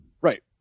Right